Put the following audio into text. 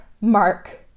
mark